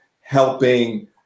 helping